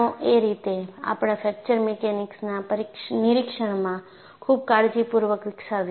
એ રીતે આપણે ફ્રેકચર મિકેનિક્સના નિરીક્ષણમાં ખૂબ કાળજીપૂર્વક વિકસાવ્યું છે